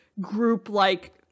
group-like